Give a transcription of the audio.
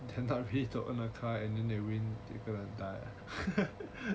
turns out in the car and then the you gonna die